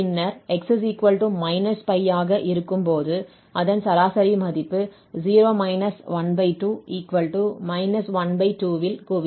பின்னர் x−π ஆக இருக்கும்போது அதன் சராசரி மதிப்பு 0 12 12 ல் குவியும்